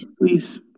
Please